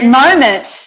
moment